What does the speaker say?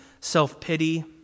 self-pity